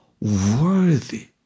worthy